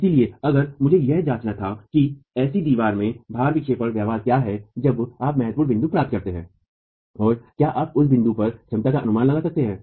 इसलिए अगर मुझे यह जांचना था कि ऐसी दीवार में भार विक्षेपण व्यवहार क्या है जब आप महत्वपूर्ण बिंदु प्राप्त करते हैं और क्या आप उस बिंदु पर क्षमता का अनुमान लगा सकते हैं